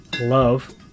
love